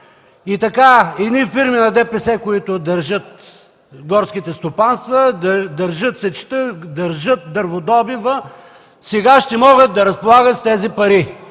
И така едни фирми на ДПС, които държат горските стопанства, държат сечта, държат дърводобива, сега ще могат да разполагат с тези пари.